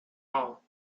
all